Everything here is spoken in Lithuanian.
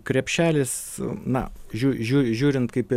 krepšelis na žiū žiū žiūrint kaip jį